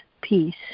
peace